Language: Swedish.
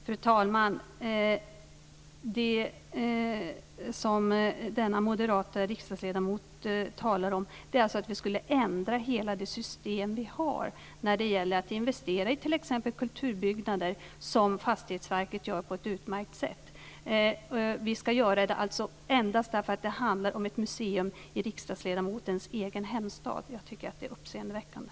Fru talman! Det som denna moderata riksdagsledamot talar om är alltså att vi skulle ändra hela det system vi har när det gäller att investera i t.ex. kulturbyggnader, vilket Fastighetsverket gör på ett utmärkt sätt. Vi skulle ändra det endast för att det handlar om ett museum i riksdagsledamotens egen hemstad. Jag finner det uppseendeväckande.